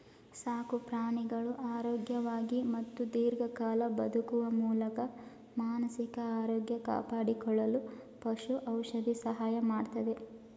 ಸಾಕುಪ್ರಾಣಿಗಳು ಆರೋಗ್ಯವಾಗಿ ಮತ್ತು ದೀರ್ಘಕಾಲ ಬದುಕುವ ಮೂಲಕ ಮಾನಸಿಕ ಆರೋಗ್ಯ ಕಾಪಾಡಿಕೊಳ್ಳಲು ಪಶು ಔಷಧಿ ಸಹಾಯ ಮಾಡ್ತದೆ